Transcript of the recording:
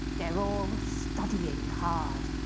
they're all studying hard.